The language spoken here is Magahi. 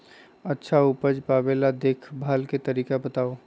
अच्छा उपज पावेला देखभाल के तरीका बताऊ?